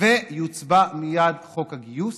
ויוצבע מייד חוק הגיוס.